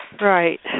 Right